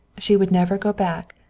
she would never go back,